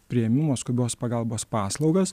priėmimo skubios pagalbos paslaugas